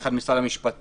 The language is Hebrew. ביחד עם משרד המשפטים,